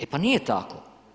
E, pa nije tako.